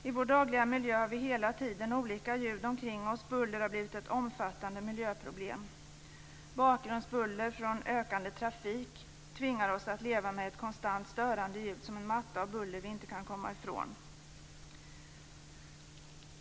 I vår dagliga miljö har vi hela tiden olika ljud omkring oss. Buller har blivit ett omfattande miljöproblem. Bakgrundsbuller från ökande trafik tvingar oss att leva med ett konstant störande ljud som en matta av buller vi inte kan komma ifrån.